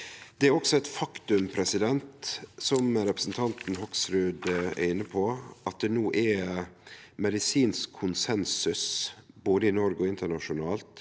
Det er òg eit faktum, som representanten Hoksrud er inne på, at det no er medisinsk konsensus både i Noreg og internasjonalt